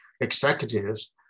executives